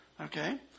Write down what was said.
okay